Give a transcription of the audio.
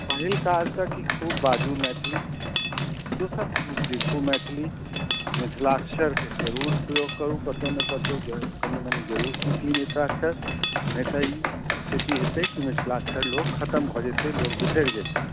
पहिल काज तऽ की खूब बाजू मैथिली दोसर खूब लिखू मैथिली मिथिलाक्षरके जरूर प्रयोग करू कतहु ने कतहु कनी मनी जरूर सीखि ली मिथिलाक्षर नहि तऽ ई स्थिति हेतै कि मिथिलाक्षर लोक खतम भऽ जेतै लोक बिसरि जेतै